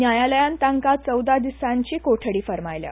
न्यायालयान तांकां चौदा दिसांची बंदखण फर्मायल्या